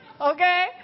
okay